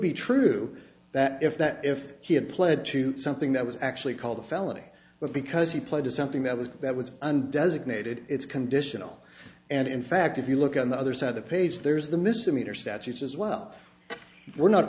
be true that if that if he had pled to something that was actually called a felony but because he pled to something that was that was an designated it's conditional and in fact if you look on the other side of the page there's the misdemeanor statute as well we're not